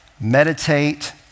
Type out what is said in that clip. meditate